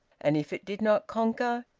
and, if it did not conquer,